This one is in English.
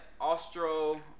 Austro